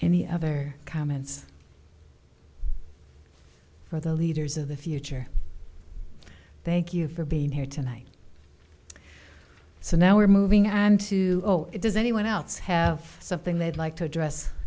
any other comments for the leaders of the future thank you for being here tonight so now we're moving on to it does anyone else have something they'd like to address